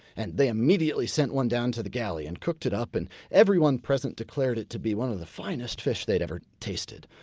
and they immediately sent one down to the galley and cooked it up. and everyone present declared it to be one of the finest fish they had ever tasted.